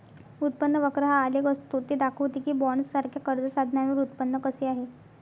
उत्पन्न वक्र हा आलेख असतो ते दाखवते की बॉण्ड्ससारख्या कर्ज साधनांवर उत्पन्न कसे आहे